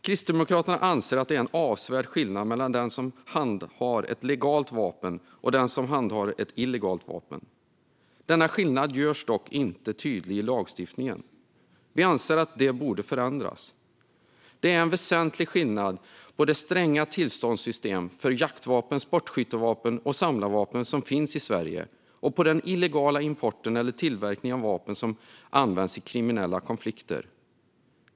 Kristdemokraterna anser att det är en avsevärd skillnad mellan den som handhar ett legalt vapen och den som handhar ett illegalt vapen. Denna skillnad görs dock inte tydlig i lagstiftningen. Vi anser att detta borde förändras. Det är en väsentlig skillnad på det stränga tillståndssystem för jaktvapen, sportskyttevapen och samlarvapen som finns i Sverige och på den illegala importen eller tillverkningen av vapen som används i kriminella konflikter.